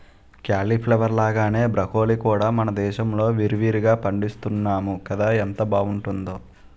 cauliflower లాగానే broccoli కూడా మనదేశంలో విరివిరిగా పండిస్తున్నాము కదా ఎంత బావుంటుందో